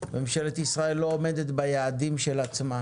ממשלת ישראל לא עומדת ביעדים של עצמה